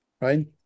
right